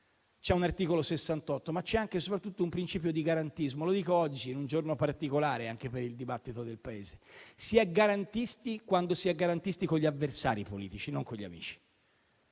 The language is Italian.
c'è un articolo 68, ma c'è anche e soprattutto un principio di garantismo. Lo dico oggi, in un giorno particolare per il dibattito del Paese. Si è garantisti quando si è garantisti con gli avversari politici, non con gli amici.